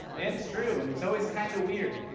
it's true and it's always kind of weird.